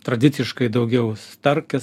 tradiciškai daugiau starkes